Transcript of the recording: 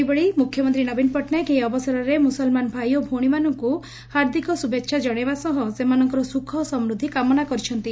ସେହିଭଳି ମୁଖ୍ୟମନ୍ତୀ ନବୀନ ପଟ୍ଟନାୟକ ଏହି ଅବସରରେ ମୁସଲମାନ ଭାଇ ଓ ଭଉଣୀମାନଙ୍କୁ ହାର୍ଦିକ ଶୁଭେଛା ଜଶାଇବା ସହ ସେମାନଙ୍କର ସୁଖ ଓ ସମୃଦ୍ଧି କାମନା କରିଛନ୍ତି